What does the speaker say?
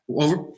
Over